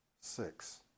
six